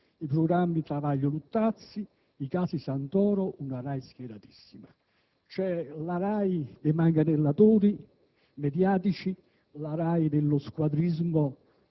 i programmi Travaglio-Luttazzi, i casi Santoro, una Rai schieratissima». C'è, dunque, la RAI dei manganellatori mediatici, dello squadrismo